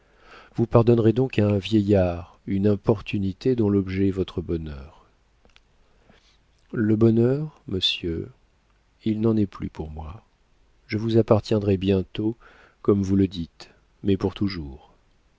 vous pardonnerez donc à un vieillard une importunité dont l'objet est votre bonheur le bonheur monsieur il n'en est plus pour moi je vous appartiendrai bientôt comme vous le dites mais pour toujours